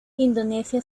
indonesia